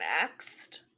next